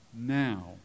Now